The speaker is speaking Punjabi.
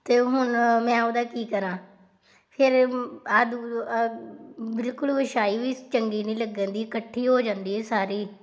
ਅਤੇ ਹੁਣ ਮੈਂ ਉਹਦਾ ਕੀ ਕਰਾਂ ਫਿਰ ਆ ਬਿਲਕੁਲ ਵਿਛਾਈ ਵੀ ਚੰਗੀ ਨਹੀਂ ਲੱਗਣ ਦੀ ਇਕੱਠੀ ਹੋ ਜਾਂਦੀ ਹੈ ਸਾਰੀ